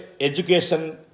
education